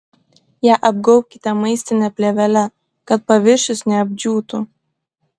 ją apgaubkite maistine plėvele kad paviršius neapdžiūtų